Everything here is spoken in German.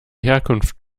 herkunft